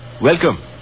Welcome